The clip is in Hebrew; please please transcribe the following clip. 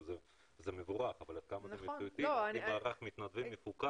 זה מבורך אבל עד כמה זה מציאותי להקים מערך מתנדבים מפוקח,